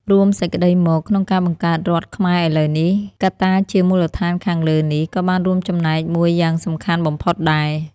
រួមសេចក្តីមកក្នុងការបង្កើតរដ្ឋខ្មែរឥឡូវនេះ កត្តាជា មូលដ្ឋានខាងលើនេះ ក៏បានរួមចំណែកមួយយ៉ាងសំខាន់បំផុតដែរ ។